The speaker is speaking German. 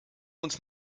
uns